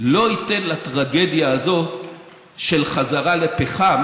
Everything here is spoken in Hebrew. לא אתן לטרגדיה הזאת של חזרה לפחם